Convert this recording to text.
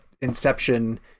inception